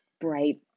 bright